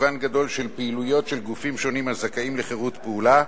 מגוון גדול של פעילויות של גופים שונים הזכאים לחירות פעולה,